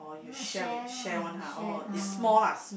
no I share lah share ah